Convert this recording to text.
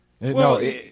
No